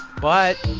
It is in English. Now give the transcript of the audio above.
but